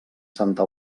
santa